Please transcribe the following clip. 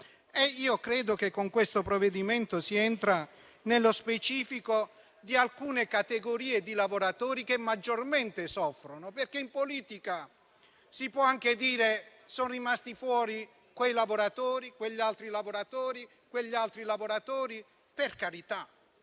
Credo che con questo provvedimento si entra nello specifico di alcune categorie di lavoratori che maggiormente soffrono. In politica si può anche dire che sono rimasti fuori quei lavoratori, quegli altri lavoratori e così via; ma in